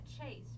chase